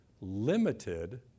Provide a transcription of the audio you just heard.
limited